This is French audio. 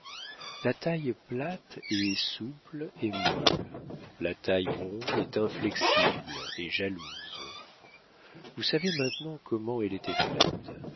la taille plate est souple et molle la taille ronde est inflexible et jalouse vous savez maintenant comment elle était faite